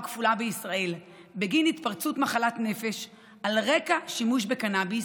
כפולה בישראל בגין התפרצות מחלת נפש על רקע שימוש בקנביס,